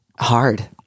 hard